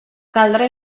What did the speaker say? caldrà